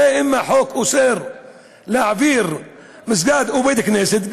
הרי אם החוק אוסר להעביר מסגד או בית-כנסת,